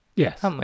Yes